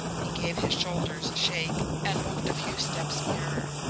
he gave his shoulders a shake and moved a few steps nearer.